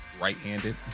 right-handed